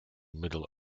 middle